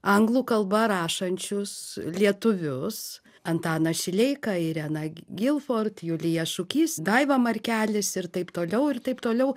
anglų kalba rašančius lietuvius antaną šileiką ireną gilford julija šukys daiva markelis ir taip toliau ir taip toliau